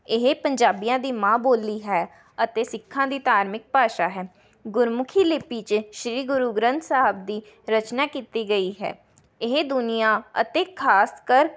ਇਹ ਪੰਜਾਬੀਆਂ ਦੀ ਮਾਂ ਬੋਲੀ ਹੈ ਅਤੇ ਸਿੱਖਾਂ ਦੀ ਧਾਰਮਿਕ ਭਾਸ਼ਾ ਹੈ ਗੁਰਮੁਖੀ ਲਿੱਪੀ 'ਚ ਸ਼੍ਰੀ ਗੁਰੂ ਗ੍ਰੰਥ ਸਾਹਿਬ ਦੀ ਰਚਨਾ ਕੀਤੀ ਗਈ ਹੈ ਇਹ ਦੁਨੀਆਂ ਅਤੇ ਖ਼ਾਸਕਰ